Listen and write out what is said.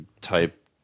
type